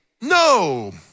no